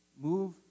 Move